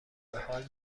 بحال